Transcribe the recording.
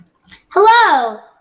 Hello